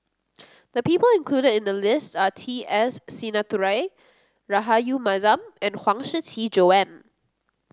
the people included in the list are T S Sinnathuray Rahayu Mahzam and Huang Shiqi Joan